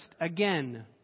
again